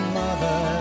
mother